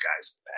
guys